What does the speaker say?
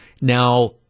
Now